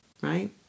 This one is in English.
right